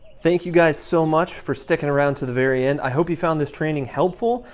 thank you guys so much for stickin' around to the very end. i hope you found this training helpful,